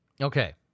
Okay